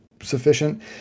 sufficient